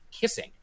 kissing